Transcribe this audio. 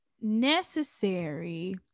necessary